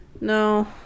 No